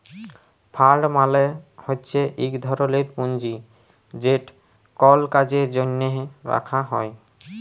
fund মালে হছে ইক ধরলের পুঁজি যেট কল কাজের জ্যনহে রাখা হ্যয়